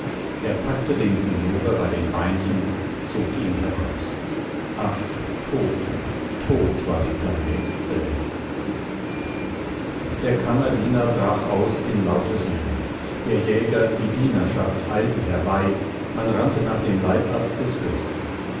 er packte den zinnober bei den beinchen zog ihn heraus ach tot tot war die kleine exzellenz der kammerdiener brach aus in lautes jammern der jäger die dienerschaft eilte herbei man rannte nach dem leibarzt des fürsten